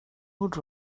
mood